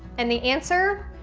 and the answer,